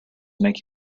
make